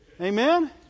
amen